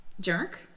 Jerk